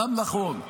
גם נכון.